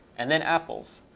and then apples,